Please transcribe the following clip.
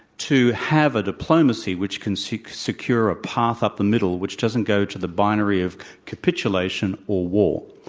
to have a diplomacy which can secure secure a path up the middle which doesn't go to the binary of capitulation or war.